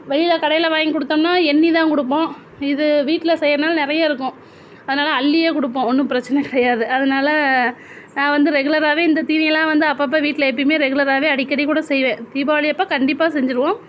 வெளியில கடையில் வாங்கி கொடுத்தோம்னா எண்ணி தான் கொடுப்போம் இது வீட்டில் செய்யறதுனால நிறைய இருக்கும் அதனால அள்ளியே கொடுப்போம் ஒன்றும் பிரச்சனை கிடையாது அதனால நான் வந்து ரெகுலராகவே இந்த தீனியெல்லாம் வந்து அப்பப்போ வீட்டில் எப்பையுமே ரெகுலராகவே அடிக்கடி கூட செய்வேன் தீபாவளி அப்போ கண்டிப்பாக செஞ்சுருவோம்